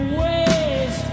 ways